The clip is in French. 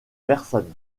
personnes